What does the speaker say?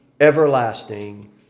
everlasting